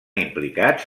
implicats